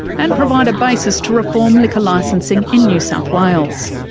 and provide a basis to reform liquor licensing in new south wales.